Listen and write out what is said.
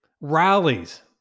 rallies